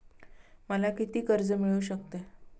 मला किती कर्ज मिळू शकते?